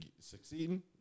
succeeding